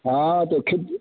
हाँ तो खिज